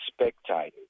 spectators